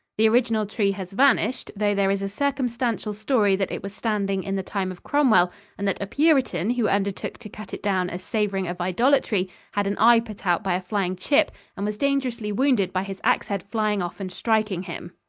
the original tree has vanished, though there is a circumstantial story that it was standing in the time of cromwell and that a puritan who undertook to cut it down as savoring of idolatry had an eye put out by a flying chip and was dangerously wounded by his axe-head flying off and striking him.